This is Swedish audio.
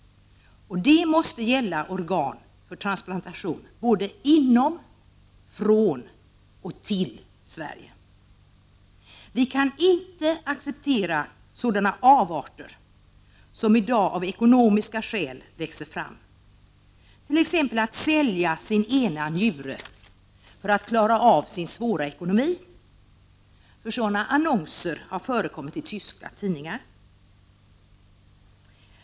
Det måste gälla organ för transplantation såväl inom som från och till Sverige. Vi kan inte acceptera sådana avarter som i dag av ekonomiska skäl växer fram. Exempel på detta är att människor säljer sin ena njure för 119 att klara sin dåliga ekonomi. Annonser som ger möjlighet till detta har förekommit i tyska tidningar.